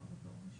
הוא לא יכול להיות